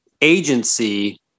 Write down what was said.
agency